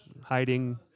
hiding